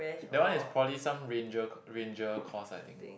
that one is probably some ranger c~ ranger course I think